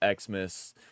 Xmas